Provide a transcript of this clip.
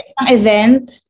event